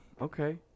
Okay